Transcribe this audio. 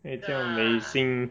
那叫 Mei Xin